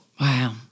Wow